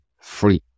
free